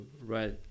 right